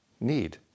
need